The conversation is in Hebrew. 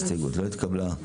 ההסתייגות לא התקבלה.